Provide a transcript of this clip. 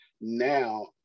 Now